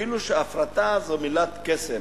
כאילו שהפרטה זאת מילת קסם.